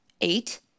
eight